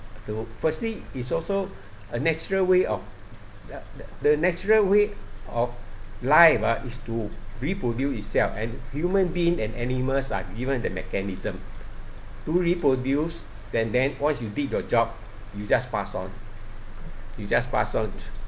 to firstly is also a natural way of the natural way of life ah is to reproduce itself and human being and animals are given the mechanism to reproduce and then once you did your job you just pass on you just pass on